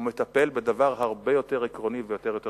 הוא מטפל בדבר הרבה יותר עקרוני והרבה יותר חשוב: